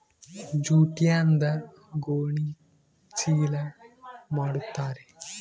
ಜೂಟ್ಯಿಂದ ಗೋಣಿ ಚೀಲ ಮಾಡುತಾರೆ